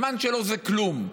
הזמן שלו זה כלום.